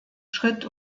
schritt